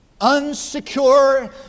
unsecure